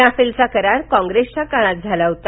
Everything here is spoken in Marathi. राफेलचा करार काँग्रेसच्या काळात झाला होता